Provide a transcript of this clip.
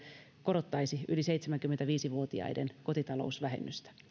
korottaisi yli seitsemänkymmentäviisi vuotiaiden kotitalousvähennystä